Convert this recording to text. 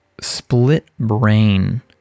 split-brain